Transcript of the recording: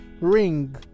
Ring